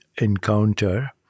encounter